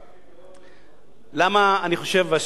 למה אני חושב שמה שכתבו לך בעניין הזה,